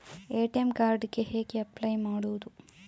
ATM card ಗೆ ಹೇಗೆ apply ಮಾಡುವುದು?